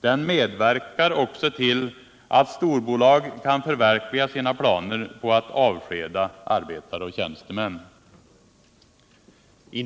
Den medverkar också till att storbolag kan förverkliga sina planer på att avskeda arbetare och tjänstemän.